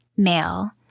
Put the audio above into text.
male